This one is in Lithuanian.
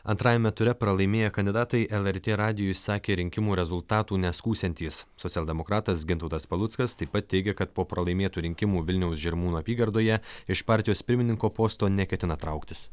antrajame ture pralaimėję kandidatai lrt radijui sakė rinkimų rezultatų neskųsiantys socialdemokratas gintautas paluckas taip pat teigia kad po pralaimėtų rinkimų vilniaus žirmūnų apygardoje iš partijos pirmininko posto neketina trauktis